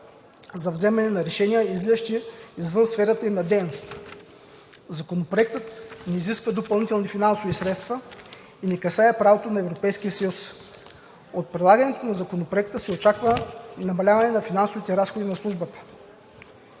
за вземане на решения, излизащи извън сферата им на дейност. Законопроектът не изисква допълнителни финансови средства и не касае правото на Европейския съюз. От прилагането на Законопроекта се очаква намаляване на финансовите разходи на Службата.